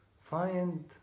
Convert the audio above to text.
find